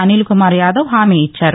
అనీల్ కుమార్ యాదవ్ హామీ ఇచ్చారు